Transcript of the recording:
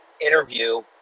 interview